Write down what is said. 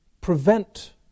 prevent